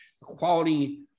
quality